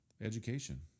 education